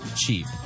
cheap